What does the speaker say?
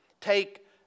take